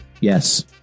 Yes